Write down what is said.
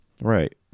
Right